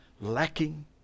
Lacking